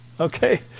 okay